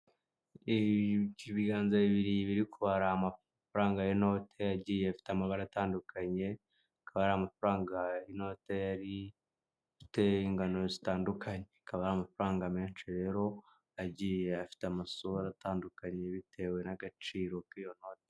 Ibiganza bibiri biri kubara amafaranga y'inote agiye afite amabara atandukanye, akaba ari amafaranga y'inote afite ingano zitandukanye, akaba ari amafaranga menshi rero agiye afite amasura atandukanye bitewe n'agaciro k'iyo note.